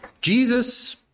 Jesus